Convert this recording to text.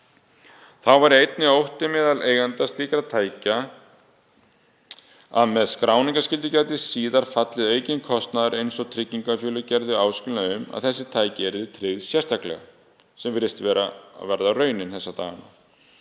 Þá væri einnig ótti meðal eigenda slíkra tækja að með skráningarskyldu gæti síðar fallið aukinn kostnaður eins og að tryggingafélög gerðu áskilnað um að þessi tæki yrðu tryggð sérstaklega, sem virðist vera að verða raunin þessa dagana.